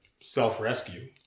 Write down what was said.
self-rescue